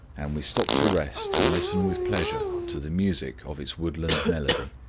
and we stop to rest and listen with pleasure to the music of its woodland melody.